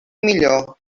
millor